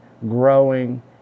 growing